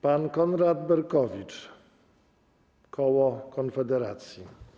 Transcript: Pan poseł Konrad Berkowicz, koło Konfederacji.